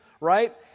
right